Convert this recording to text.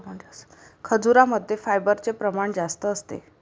खजूरमध्ये फायबरचे प्रमाण जास्त असते